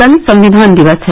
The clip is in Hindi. कल संविधान दिवस है